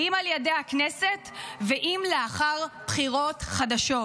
אם על ידי הכנסת --- ואם לאחר בחירות חדשות.